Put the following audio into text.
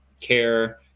care